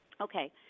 Okay